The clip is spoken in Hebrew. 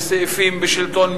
סעיפים בשלטון מקומי,